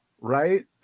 right